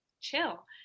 chill